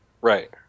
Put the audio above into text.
Right